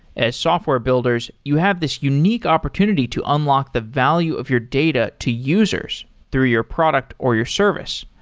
as software builders, you have this unique opportunity to unlock the value of your data to users through your product or your service.